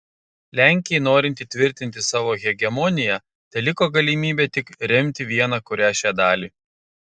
lenkijai norint įtvirtinti savo hegemoniją teliko galimybė tik remti vieną kurią šią dalį